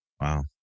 Wow